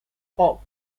pop